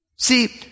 See